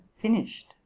finished